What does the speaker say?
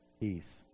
peace